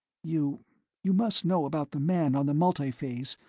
you you must know about the man on the multiphase,